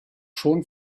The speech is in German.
schon